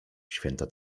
święta